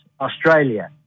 Australia